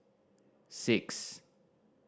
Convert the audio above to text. six